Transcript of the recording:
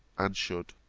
and should.